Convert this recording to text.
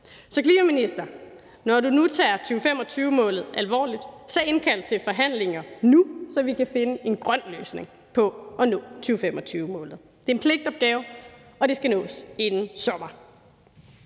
Så klimaminister, når du nu tager 2025-målet alvorligt, så indkald til forhandlinger nu, så vi kan finde en grøn løsning på at nå 2025-målet. Det er en pligtopgave, og det skal nås inden sommer.